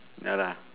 ya lah